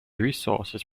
resources